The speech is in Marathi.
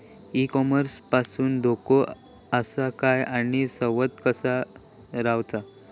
ई कॉमर्स पासून धोको आसा काय आणि सावध कसा रवाचा?